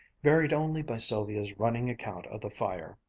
varied only by sylvia's running account of the fire.